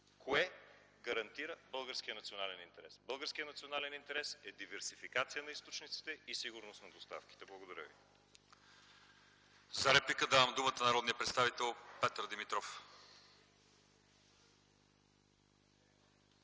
кое гарантира българския национален интерес. Българският национален интерес е диверсификация на източниците и сигурност на доставките. Благодаря ви. ПРЕДСЕДАТЕЛ ЛЪЧЕЗАР ИВАНОВ: За реплика давам думата на народния представител Петър Димитров.